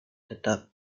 tetap